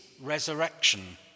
resurrection